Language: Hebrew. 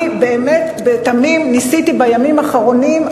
אני באמת ובתמים ניסיתי בימים האחרונים.